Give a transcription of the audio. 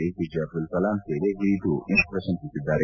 APJ Abdul Kalam ಸೇವೆ ಹಿರಿದು ಎಂದು ಪ್ರಶಂಸಿಸಿದ್ದಾರೆ